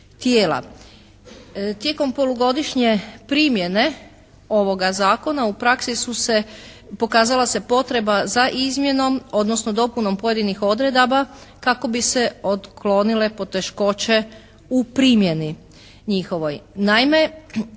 tijela. Tijekom polugodišnje primjene ovoga Zakona u praksi su se, pokazala se potreba za izmjenom, odnosno dopunom pojedinih odredaba kako bi se otklonile poteškoće u primjeni njihovoj.